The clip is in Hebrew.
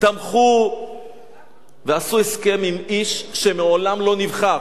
תמכו ועשו הסכם עם איש שמעולם לא נבחר.